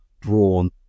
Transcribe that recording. drawn